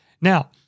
Now